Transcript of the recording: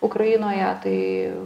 ukrainoje tai